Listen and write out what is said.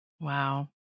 wow